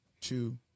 two